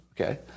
Okay